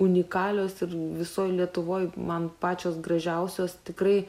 unikalios ir visoj lietuvoj man pačios gražiausios tikrai